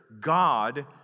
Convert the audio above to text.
God